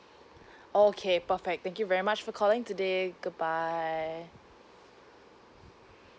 okay perfect thank you very much for calling today goodbye